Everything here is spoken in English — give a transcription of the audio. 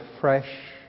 fresh